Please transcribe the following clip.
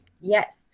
Yes